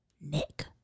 Nick